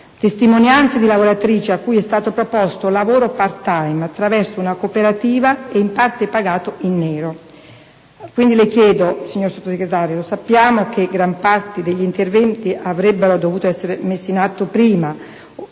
testimonianze di lavoratrici a cui è stato proposto lavoro *part-time* attraverso una cooperativa, in parte pagato in nero. Signor Sottosegretario, fermo restando che gran parte degli interventi avrebbero dovuto essere messi in atto prima,